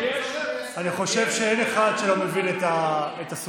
אני חושב שאין אחד שלא מבין את הסוגיה.